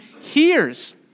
hears